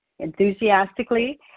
Enthusiastically